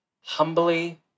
humbly